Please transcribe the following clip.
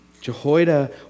Jehoiada